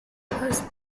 post